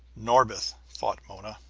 norbith! thought mona,